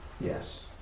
Yes